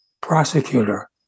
prosecutor